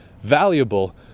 valuable